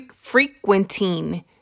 frequenting